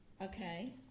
Okay